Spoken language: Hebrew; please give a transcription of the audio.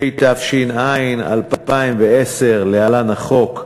התש"ע 2010, להלן: החוק,